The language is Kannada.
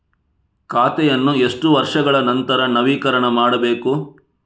ಖಾತೆಯನ್ನು ಎಷ್ಟು ವರ್ಷಗಳ ನಂತರ ನವೀಕರಣ ಮಾಡಬೇಕು?